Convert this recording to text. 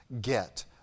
get